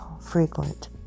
frequent